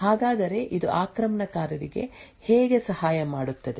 ಹಾಗಾದರೆ ಇದು ಆಕ್ರಮಣಕಾರರಿಗೆ ಹೇಗೆ ಸಹಾಯ ಮಾಡುತ್ತದೆ